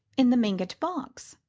in the mingott box.